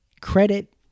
credit